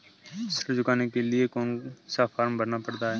ऋण चुकाने के लिए कौन सा फॉर्म भरना पड़ता है?